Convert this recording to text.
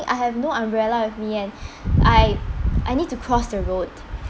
I have no umbrella with me and I I need to cross the road